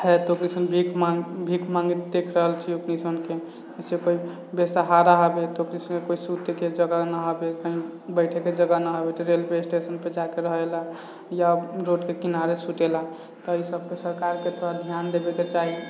है तऽ एसन भीख माङ्ग भीख माङ्गत देखि रहल छियै एसनके जैसे कोइ बेसहारा हेबै तऽ किसीके कोइ सुतैके जगह नहि हेबै कहीँ बैठेके जगह नहि हेबै तऽ रेलवे स्टेशनपर जाकऽ रहेला या रोडके किनारे सुतेला तऽ ई सभके सरकारके थोड़ा ध्यान देबैके चाही